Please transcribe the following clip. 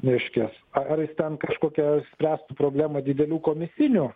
reiškias ar ar jis ten kažkokio išspręstų problemą didelių komisinių